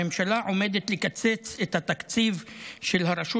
הממשלה עומדת לקצץ את התקציב של הרשות